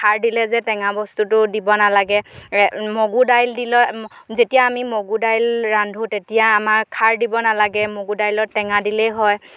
খাৰ দিলে যে টেঙা বস্তুটো দিব নালাগে মগু দাইল দিলেও যেতিয়া আমি মগু দাইল ৰান্ধোঁ তেতিয়া আমাৰ খাৰ দিব নালাগে মগু দাইলত টেঙা দিলেই হয়